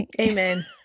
Amen